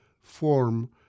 form